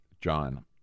John